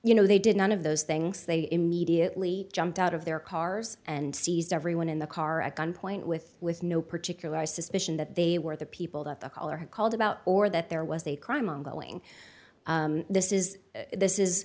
you know they did none of those things they immediately jumped out of their cars and seized everyone in the car at gunpoint with with no particular i suspicion that they were the people that the caller had called about or that there was a crime ongoing this is this is